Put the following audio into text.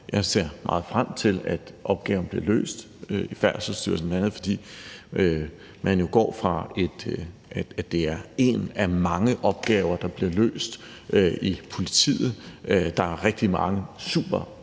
jeg ser meget frem til, at opgaven bliver løst i Færdselsstyrelsen, bl.a. fordi man jo går væk fra, at det er en af mange opgaver, som bliver løst i politiet. Der er rigtig mange super